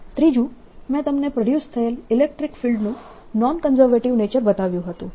ત્રીજું મેં તમને પ્રોડ્યુસ થયેલ ઇલેક્ટ્રીક ફિલ્ડનું નોન કન્ઝર્વેટીવ નેચર બતાવ્યું હતું